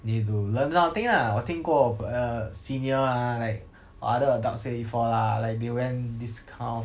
you need to learn this kind of thing lah 我听过 b~ err senior ah like or other adults say before lah like they went this kind of